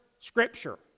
Scripture